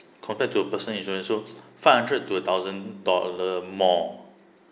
compared to personal insurance so five hundred to a thousand dollar more